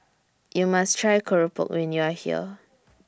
YOU must Try Keropok when YOU Are here